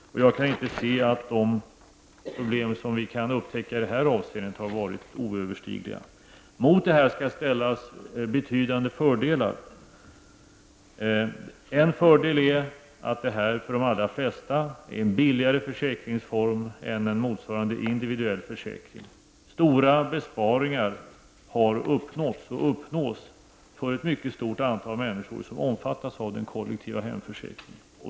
Jag kan inte se att de problem som vi har upptäckt i det avseendet är oöverstigliga. Mot detta skall ställas betydande fördelar. En fördel är att den här formen för de allra flesta försäkringstagare är en billigare försäkring än en motsvarande individuell försäkring. Stora besparingar har uppnåtts och uppnås för ett mycket stort antal människor som omfattas av den kollektiva hemförsäkringen.